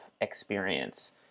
experience